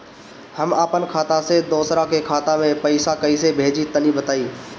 हम आपन खाता से दोसरा के खाता मे पईसा कइसे भेजि तनि बताईं?